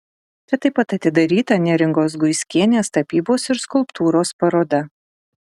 čia taip pat atidaryta neringos guiskienės tapybos ir skulptūros paroda